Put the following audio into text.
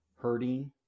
hurting